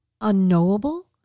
unknowable